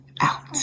out